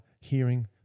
hearing